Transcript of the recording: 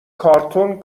کارتون